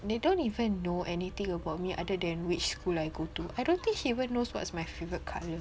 they don't even know anything about me other than which school I go to I don't think she even knows what's my favourite colour